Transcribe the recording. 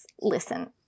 listen